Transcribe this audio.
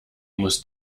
muss